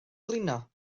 blino